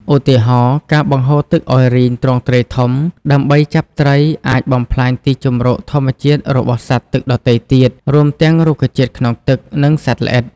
ឧទាហរណ៍ ការបង្ហូរទឹកឲ្យរីងទ្រង់ទ្រាយធំ ដើម្បីចាប់ត្រី អាចបំផ្លាញទីជម្រកធម្មជាតិរបស់សត្វទឹកដទៃទៀត រួមទាំងរុក្ខជាតិក្នុងទឹក និងសត្វល្អិត។